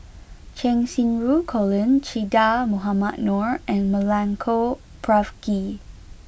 Cheng Xinru Colin Che Dah Mohamed Noor and Milenko Prvacki